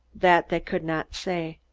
that they could not say.